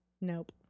Nope